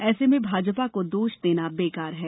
ऐसे में भाजपा को दोष देना बेकार है